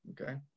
okay